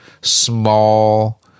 small